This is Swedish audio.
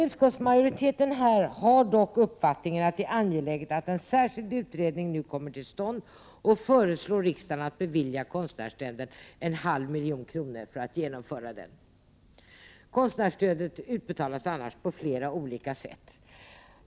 Utskottsmajoriteten har den uppfattningen att det är angeläget att en utredning kommer till stånd och föreslår riksdagen att bevilja konstnärsnämnden en halv miljon kronor för att genomföra den. Konstnärsstödet utbetalas på flera olika sätt.